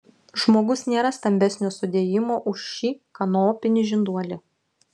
žmogus nėra stambesnio sudėjimo už šį kanopinį žinduolį